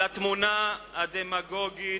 על התמונה הדמגוגית,